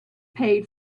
paid